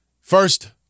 first